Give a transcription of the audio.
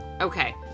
Okay